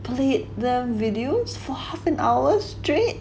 played their videos for half an hour straight